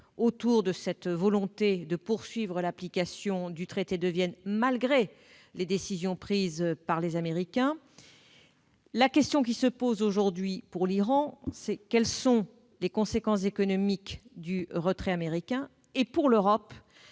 autour de cette volonté de poursuivre l'application du traité de Vienne, malgré les décisions prises par les Américains. Pour l'Iran, la question qui se pose aujourd'hui est de savoir quelles sont les conséquences économiques du retrait américain. Pour l'Europe,